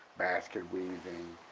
basket weaving.